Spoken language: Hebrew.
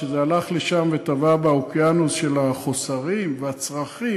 שזה הלך לשם וטבע באוקיאנוס של החוסרים והצרכים